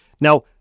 Now